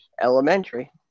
Elementary